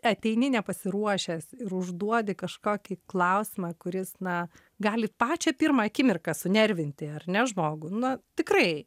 ateini nepasiruošęs ir užduodi kažkokį klausimą kuris na gali pačią pirmą akimirką sunervinti ar ne žmogų na tikrai